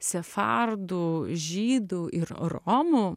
sefardų žydų ir romų